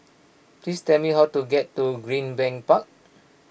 please tell me how to get to Greenbank Park